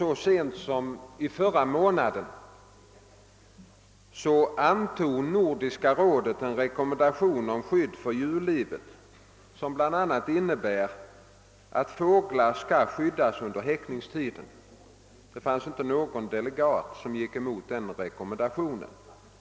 Så sent som i förra månaden antog Nordiska rådet en rekommendation om skydd för djurlivet som bl.a. innebär att fåglar skall skyddas under häckningstiden. Det fanns inte någon delegat som gick emot den rekommendationen.